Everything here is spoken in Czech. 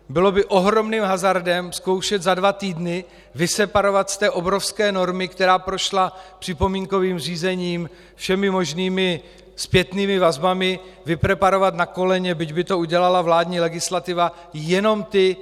Bylo by ohromným hazardem zkoušet za dva týdny vyseparovat z té obrovské normy, která prošla připomínkovým řízením, všemi možnými zpětnými vazbami, vypreparovat na koleně, byť by to udělala vládní legislativa, jenom ty.